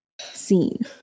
seen